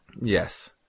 Yes